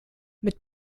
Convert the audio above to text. mit